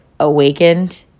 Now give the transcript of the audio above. awakened